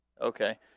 Okay